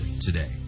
today